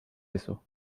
eso